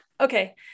Okay